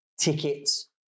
tickets